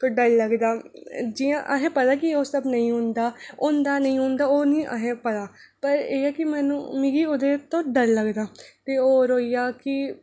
तूं डर लगदा जियां अहें पता कि ओह् सब नेईं होंदा होंदा नेईं होंदा ओह् नी अहें पता पर एह् ऐ कि मैनू मिगी ओह्दे तूं डर लगदा ते होर होई गेआ कि